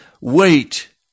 wait